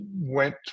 went